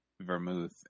vermouth